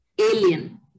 alien